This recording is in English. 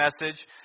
message